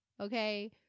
Okay